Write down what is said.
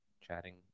Chatting